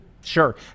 Sure